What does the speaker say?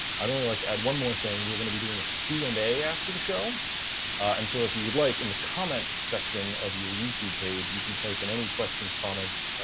i'd only like to add one more thing we're going to be doing a q and a after the show and so if you would like in the comments section of your youtube page you can type in any questions, comments,